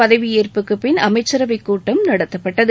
பதவியேற்புக்குப் பின் அமைச்சரவைக் கூட்டம் நடத்தப்பட்டது